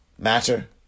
matter